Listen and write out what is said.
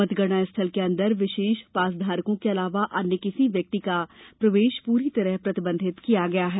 मतगणना स्थल के अंदर विशेष पासधारकों के अलावा अन्य किसी व्यक्ति का प्रवेश पूरी तरह प्रतिबंधित किया गया है